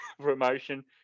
promotion